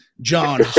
John